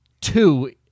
two